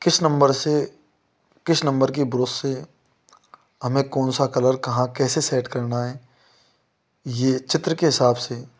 किस नम्बर से किस नम्बर की ब्रुश से हमें कौनसा कलर कहाँ कैसे सेट करना है यह चित्र के हिसाब से